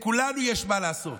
לכולנו יש מה לעשות.